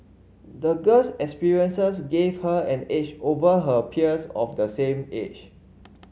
the girl's experiences gave her an edge over her peers of the same age